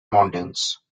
mountains